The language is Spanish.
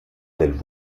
del